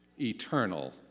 eternal